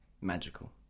Magical